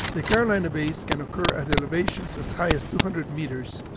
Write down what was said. the carolina bays can occur at elevations as high as two hundred meters,